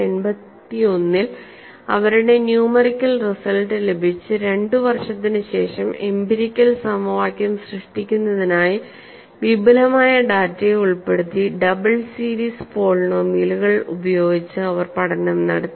1981 ൽ അവരുടെ numerical result ലഭിച്ച് രണ്ടുവർഷത്തിനുശേഷം എംപിരിക്കൽ സമവാക്യം സൃഷ്ടിക്കുന്നതിനായി വിപുലമായ ഡാറ്റയെ ഉൾപ്പെടുത്തി ഡബിൾ സീരീസ് പോളിനോമിയലുകൾ ഉപയോഗിച്ച് അവർ പഠനം നടത്തി